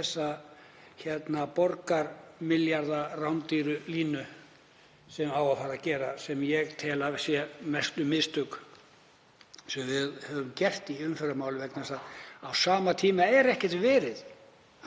að stöðva þessa milljarða borgarlínu sem á að fara að gera, sem ég tel að séu mestu mistök sem við höfum gert í umferðarmálum vegna þess að á sama tíma er ekkert verið